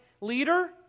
leader